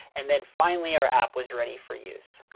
and then finally our app was ready for use.